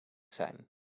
zijn